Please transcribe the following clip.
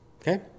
Okay